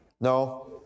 No